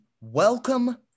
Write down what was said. Welcome